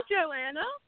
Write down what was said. Joanna